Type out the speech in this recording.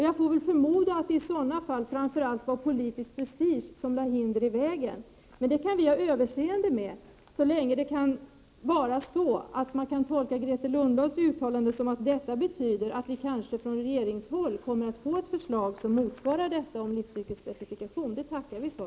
Jag får väl förmoda att det i så fall var politisk prestige som lade hinder i vägen. Det kan vi ha överseende med, så länge man kan tolka Grethe Lundblads uttalande så, att detta betyder att vi kanske från regeringshåll kommer att få ett förslag som motsvarar kravet på livscykelsspecifikation. Det tackar vi för!